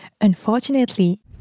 Unfortunately